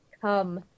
come